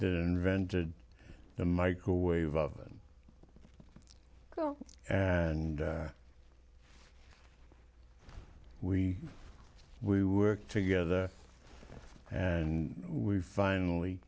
that invented the microwave oven and we we worked together and we finally